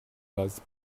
last